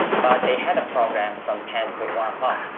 but, they had a program from ten to one o'clock.